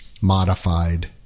modified